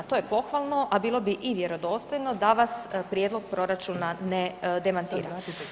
To je pohvalno, a bilo bi i vjerodostojno da vas prijedlog proračuna ne demantira.